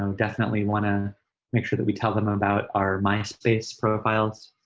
um definitely wanna make sure that we tell them about our myspace profiles.